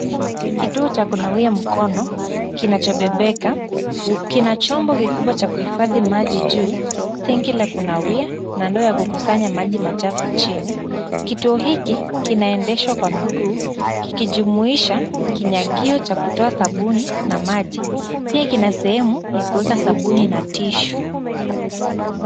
Kituo cha kunawia mkono kinachobebeka, kina chombo kikubwa cha kuhifadhi maji juu, sinki la kunawia na ndoo ya kukusanya maji chafu chini. Kituo hiki kinaendeshwa kwa miguu kikijumuisha kinyagio cha kutoa sabuni na maji, pia kina sehemu ya kuweka sabuni na tissue .